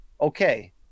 Okay